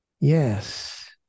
Yes